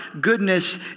goodness